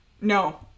No